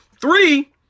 Three